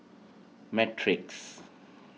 Matrix